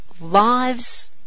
lives